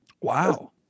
Wow